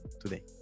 today